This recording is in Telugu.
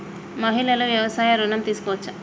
మహిళలు వ్యవసాయ ఋణం తీసుకోవచ్చా?